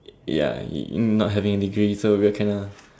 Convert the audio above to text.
ya not having a degree so we're kind of